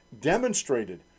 demonstrated